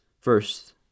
First